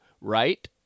right